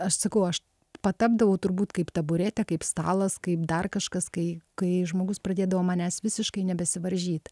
aš sakau aš patapdavau turbūt kaip taburetė kaip stalas kaip dar kažkas kai kai žmogus pradėdavo manęs visiškai nebesivaržyt